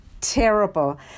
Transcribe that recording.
terrible